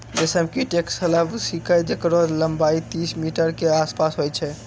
रेशम कीट एक सलभ छिकै जेकरो लम्बाई तीस मीटर के आसपास होय छै